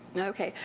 okay,